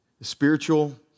Spiritual